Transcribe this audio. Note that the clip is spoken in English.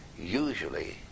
usually